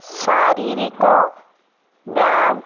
ଶାରୀରିକ ବ୍ୟାୟାମ